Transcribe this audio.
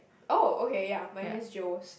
oh okay ya minus Joe's